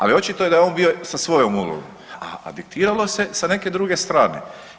Ali očito je da je on bio sa svojom ulogom, a diktiralo se sa neke druge strane.